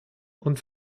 und